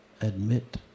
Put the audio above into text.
Admit